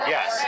Yes